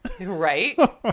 Right